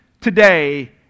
today